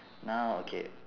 now okay